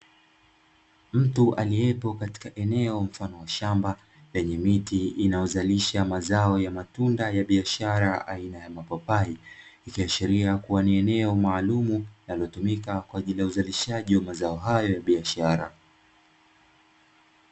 Mtu aliyepo katika eneo mfano wa shamba lenye miti inayozalisha mazao ya matunda ya biashara aina ya mapapai, ikiashiria kuwa ni eneo maalumu linalotumika kwa ajili ya uzalishaji wa mazao hayo ya biashara.